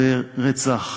זה רצח,